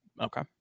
okay